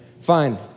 fine